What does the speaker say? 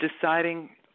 deciding